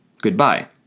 goodbye